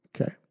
Okay